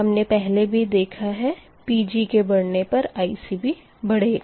हमने पहले भी देखा है Pg के बढ़ने पर IC भी बढ़ेगा